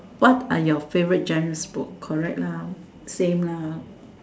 what are your favourite gens book correct lah same lah